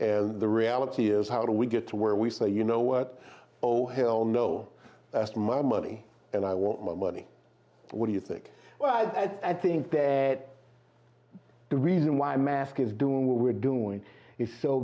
and the reality is how do we get to where we say you know what oh hell no my money and i want my money what do you think that i think that the reason why mask is doing what we're doing is so